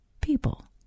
people